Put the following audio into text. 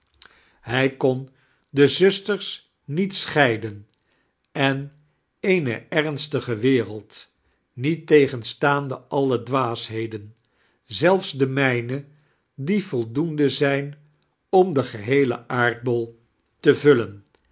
bij kon de zmisitens niet scheiden en eene ernstige wereld niettegenstaande alle dwaasiheden zelfs de mijne die volidoende zijn om den geheelen aardbol te vullen